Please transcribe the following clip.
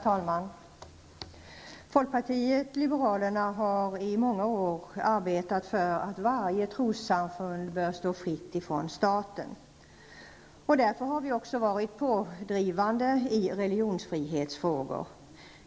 Herr talman! Folkpartiet liberalerna har i många år arbetat för att varje trossamfund bör stå fritt från staten. Därför har vi också varit pådrivande i religionsfrihetsfrågor.